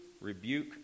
rebuke